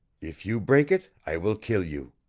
if you break it i will kill you.